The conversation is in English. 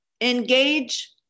engage